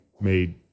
made